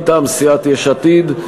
מטעם סיעת יש עתיד,